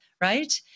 right